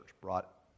brought